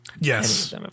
Yes